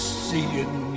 seeing